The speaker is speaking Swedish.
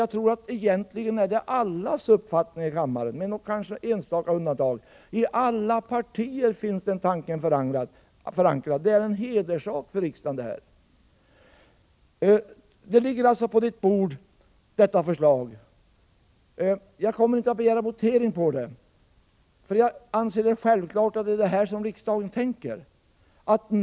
Jag tror att det är en självklar uppfattning hos alla i kammaren, med något enstaka undantag, att detta är en hederssak för riksdagen. Jag tror att denna tanke finns förankrad inom alla partier.